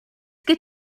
good